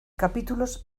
capítulos